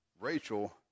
Rachel